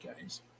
guys